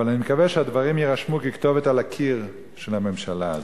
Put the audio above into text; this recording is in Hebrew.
אבל אני מקווה שהדברים יירשמו ככתובת על הקיר של הממשלה הזאת.